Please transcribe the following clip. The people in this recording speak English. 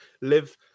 live